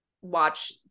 watch